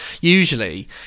Usually